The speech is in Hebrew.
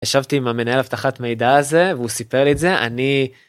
ישבתי עם המנהל אבטחת מידע הזה והוא סיפר לי את זה, אני..